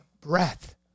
breath